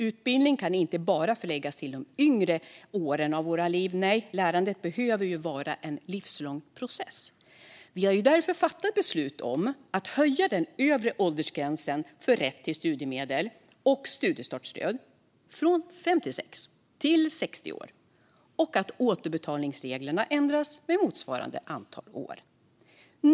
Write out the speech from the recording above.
Utbildning kan inte bara förläggas till de yngre åren av våra liv. Nej, lärandet behöver vara en livslång process. Vi har därför fattat beslut om att höja den övre åldersgränsen för rätt till studiemedel och studiestartsstöd från 56 till 60 år och att ändra återbetalningsreglerna med motsvarande antal år.